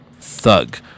thug